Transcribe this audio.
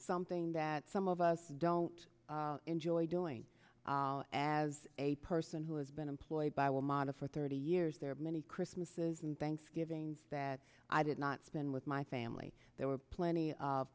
something that some of us don't enjoy doing as a person who has been employed by will modify or thirty years there are many christmases and thanksgivings that i did not spend with my family there were plenty of